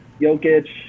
Jokic